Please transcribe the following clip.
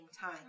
time